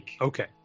Okay